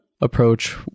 approach